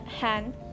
hand